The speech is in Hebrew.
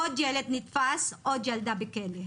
עוד ילד נתפס, עוד ילדה בכלא.